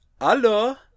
hallo